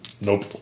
Nope